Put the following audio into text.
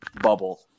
bubble